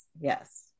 yes